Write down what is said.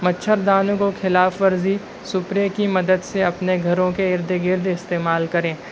مچھردانی کو خلاف ورزی سپرے کی مدد سے اپنے گھروں کے ارد گرد استعمال کریں